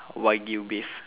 wagyu beef